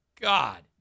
God